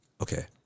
okay